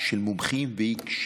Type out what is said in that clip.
של קבוצת סיעת יש